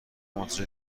منتشر